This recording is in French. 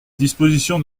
dispositions